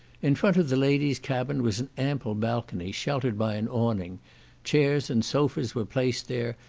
in front of the ladies' cabin was an ample balcony, sheltered by an awning chairs and sofas were placed there,